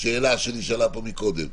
זו שאלה שנשאלה פה קודם.